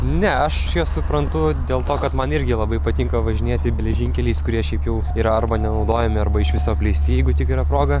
ne aš juos suprantu dėl to kad man irgi labai patinka važinėti geležinkeliais kurie šiaip jau yra arba nenaudojami arba iš viso apleisti jeigu tik yra proga